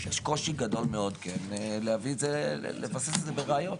הקושי הגדול מאוד זה לבסס את זה בראיות.